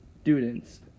students